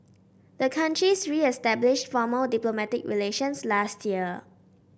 the countries reestablished formal diplomatic relations last year